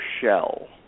shell